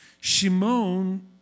Shimon